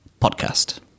podcast